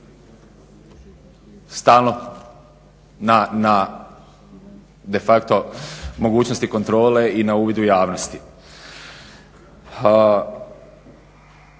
stalno na de facto mogućnosti kontrole i na uvidu javnosti.